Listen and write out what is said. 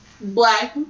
black